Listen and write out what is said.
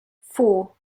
four